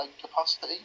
capacity